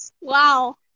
Wow